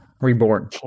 Reborn